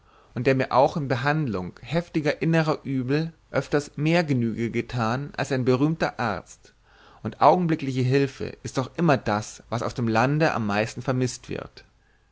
und der mir auch in behandlung heftiger innerer übel öfters mehr genüge getan hat als ein berühmter arzt und augenblickliche hülfe ist doch immer das was auf dem lande am meisten vermißt wird